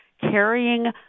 carrying